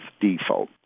default